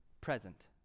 present